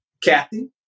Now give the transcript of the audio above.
Kathy